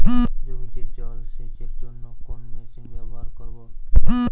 জমিতে জল সেচের জন্য কোন মেশিন ব্যবহার করব?